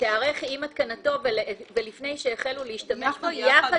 "תיערך עם התקנתו ולפני שהחלו להשתמש בו יחד